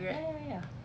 ya ya ya